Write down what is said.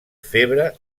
febre